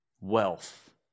wealth